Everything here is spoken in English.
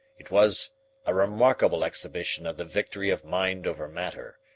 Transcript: it was a remarkable exhibition of the victory of mind over matter,